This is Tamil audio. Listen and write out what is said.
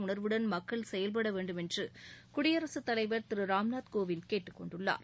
உணர்வுடன் மக்கள் செயல்படவேண்டும் என்று குடியரசு தலைவர் திரு ராம்நாத் கோவிந்த் கேட்டுக்கொண்டுள்ளார்